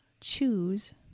choose